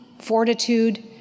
fortitude